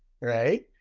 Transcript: right